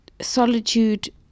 solitude